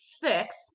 fix